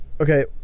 Okay